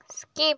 skip